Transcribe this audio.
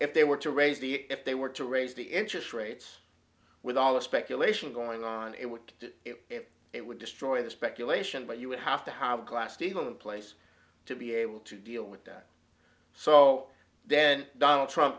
if they were to raise the if they were to raise the interest rates with all the speculation going on it would do it it would destroy the speculation but you would have to have glass steagall in place to be able to deal with that so then donald trump